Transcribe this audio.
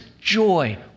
joy